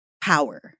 power